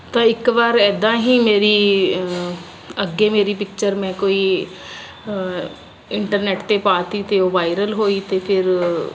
ਤਾਂ ਇੱਕ ਵਾਰ ਇੱਦਾਂ ਹੀ ਮੇਰੀ ਅੱਗੇ ਮੇਰੀ ਪਿਕਚਰ ਮੇਂ ਕੋਈ ਇੰਟਰਨੈਟ 'ਤੇ ਪਾ ਤੀ ਅਤੇ ਉਹ ਵਾਇਰਲ ਹੋਈ ਅਤੇ ਫਿਰ